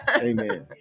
Amen